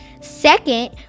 second